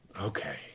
Okay